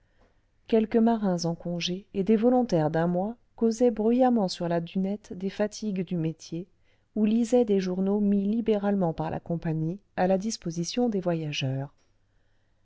quelques marins en congé et des volontaires d'un mois causaient bruyamment sur la dunette des fatigues du métier ou lisaient les journaux mis libéralement par la compagnie à la disposition des voyageurs